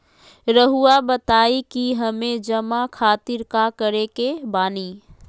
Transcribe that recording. रहुआ बताइं कि हमें जमा खातिर का करे के बानी?